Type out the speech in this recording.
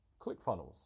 ClickFunnels